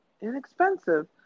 inexpensive